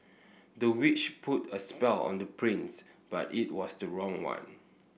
the witch put a spell on the prince but it was the wrong one